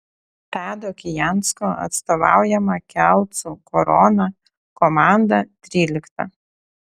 tado kijansko atstovaujama kelcų korona komanda trylikta